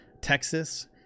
texas